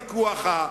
אדוני היושב-ראש,